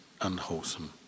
unwholesome